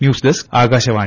news desk Akashvani